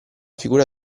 figura